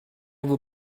will